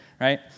right